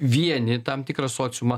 vieną tam tikrą sociumą